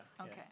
Okay